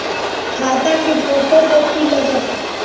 खाता के photo copy लगहै?